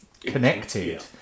connected